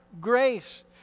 grace